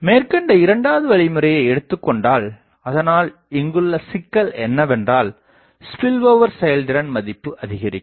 மேற்கண்ட இரண்டாவது வழிமுறையை எடுத்துக் கொண்டால் அதனால் இங்குள்ள சிக்கல் என்னவென்றால் ஸ்பில்ஓவர் செயல்திறன் மதிப்பு அதிகரிக்கும்